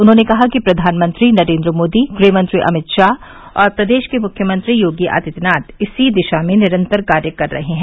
उन्होंने कहा कि प्रधानमंत्री नरेंद्र मोदी गृहमंत्री अमित शाह और प्रदेश के मुख्यमंत्री योगी आदित्यनाथ इसी दिशा में निरन्तर कार्य कर रहे हैं